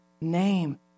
name